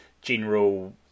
general